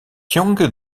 jonge